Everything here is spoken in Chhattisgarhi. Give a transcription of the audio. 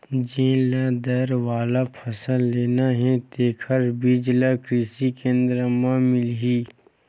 जेन ल दार वाला फसल लेना हे तेखर बीजा ह किरसी केंद्र म मिलही